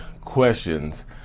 questions